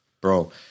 Bro